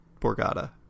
Borgata